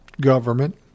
government